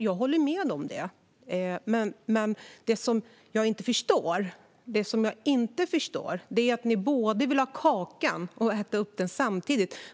Jag håller med om det, men det som jag inte förstår är att ni både vill ha kakan och äta upp den.